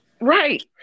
Right